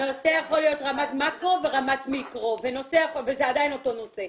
נושא יכול להיות ברמת מאקרו ורמת מיקרו וזה עדיין אותו נושא.